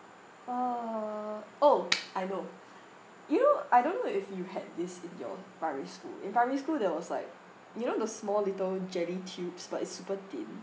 uh oh I know you know I don't know if you had this in your primary school in primary school there was like you know the small little jelly tubes but it's super thin